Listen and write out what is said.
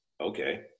Okay